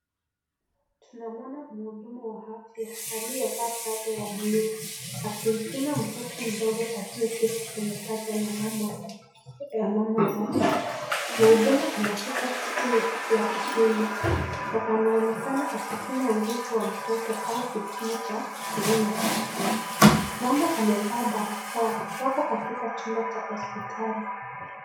Tunamwona muhudumu wa afya aliyevaa sare ya bluu akimpima mtoto mdogo aliyeketi kwenye paja la mama yake, muhudumu anashika futi ya kupima na anaonekana akipima urefu wa mtoto au kipimo cha kiuno chake, mama amevaa barakoa wako katika chumba cha hospitali.